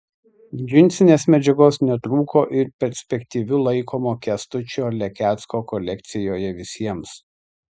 džinsinės medžiagos netrūko ir perspektyviu laikomo kęstučio lekecko kolekcijoje visiems